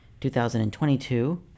2022